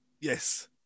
Yes